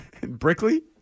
Brickley